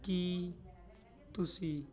ਕੀ ਤੁਸੀਂ